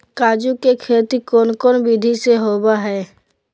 काजू के खेती कौन कौन विधि से होबो हय?